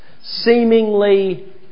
seemingly